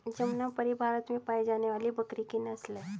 जमनापरी भारत में पाई जाने वाली बकरी की नस्ल है